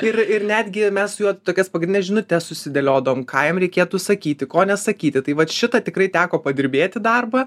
ir ir netgi mes su juo tokias pagrindines žinutes susidėliodavom ką jam reikėtų sakyti ko nesakyti tai vat šitą tikrai teko padirbėti darbą